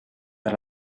per